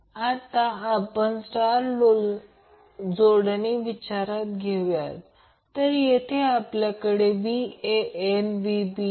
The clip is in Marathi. हे 10 j 20 Ω आहे आणि हे ZL आहे RL दिले आहे याचा अर्थ तो मुळात फक्त RL आहे